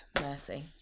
Mercy